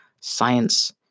science